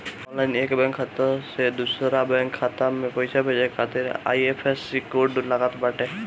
online एक bank खाता से दूसरा बैंक खाता में पईसा भेजे खातिर आई.एफ.एस.सी कोड लागत बाटे